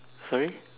sorry